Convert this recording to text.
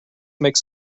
makes